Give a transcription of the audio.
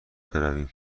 برویم